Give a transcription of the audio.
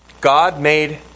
God-made